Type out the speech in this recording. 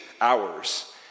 hours